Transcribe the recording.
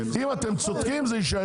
אם אתם צודקים זה יישאר.